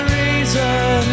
reason